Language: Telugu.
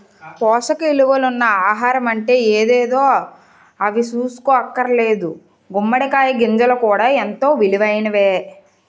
పోసక ఇలువలున్న ఆహారమంటే ఎదేదో అనీసుకోక్కర్లేదు గుమ్మడి కాయ గింజలు కూడా ఎంతో ఇలువైనయే